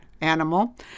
animal